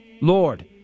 Lord